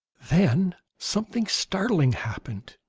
then something startling happened.